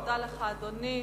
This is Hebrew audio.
תודה לך, אדוני.